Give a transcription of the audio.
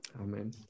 Amen